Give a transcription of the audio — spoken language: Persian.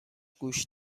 گوش